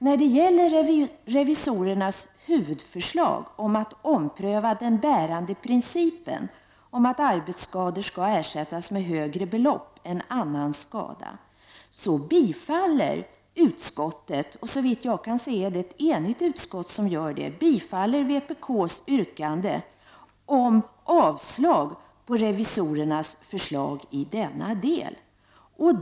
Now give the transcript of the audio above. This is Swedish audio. När det gäller revisorernas huvudförslag om att ompröva den bärande principen om att arbetsskador skall ersättas med högre belopp än annan skada bifaller ett, såvitt jag kan se, enigt utskott vpk:s yrkande om avslag på revisorernas förslag i denna del.